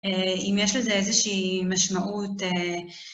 אם יש לזה איזושהי משמעות...